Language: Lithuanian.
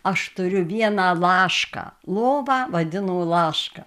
aš turiu vieną lašką lovą vadino laška